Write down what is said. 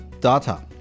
Data